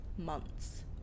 Months